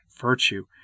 virtue